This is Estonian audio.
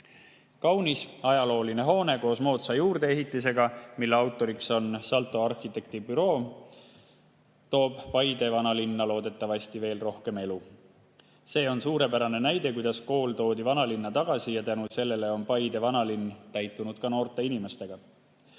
Kaunis ajalooline hoone koos moodsa juurdeehitisega, mille autoriks on Salto arhitektibüroo, toob Paide vanalinna loodetavasti veel rohkem elu. See, kuidas kool toodi vanalinna tagasi, on suurepärane näide. Tänu sellele on Paide vanalinn täitunud ka noorte inimestega.